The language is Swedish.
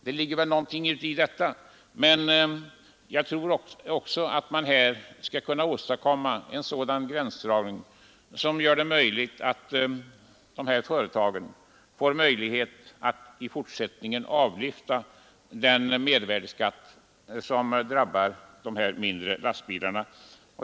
Det ligger väl någonting i detta, men jag tror att man skall kunna åstadkomma en gränsdragning som ger företagen möjlighet att i fortsättningen avlyfta den mervärdeskatt som drabbar de mindre lastbilarna.